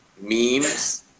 memes